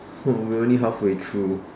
we're only halfway through